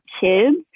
kids